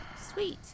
Sweet